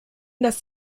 das